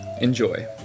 Enjoy